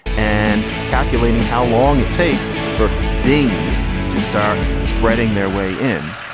and calculating how long it takes for dings to start spreading their way in.